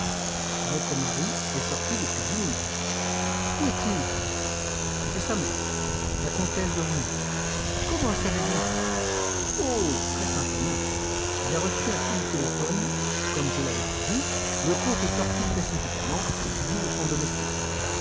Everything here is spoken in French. votre mari est sorti depuis dix minutes où est-il chez sa mère la comtesse d'origny comment le savez-vous oh très simplement il a reçu un coup de téléphone pendant que moi j'en attendais le résultat au coin de cette rue et du boulevard comme je l'avais prévu le comte est sorti précipitamment suivi de son domestique